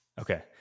Okay